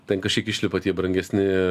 ten kažkiek išlipa tie brangesni